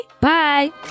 Bye